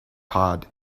pod